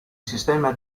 sistema